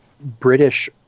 british